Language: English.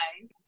guys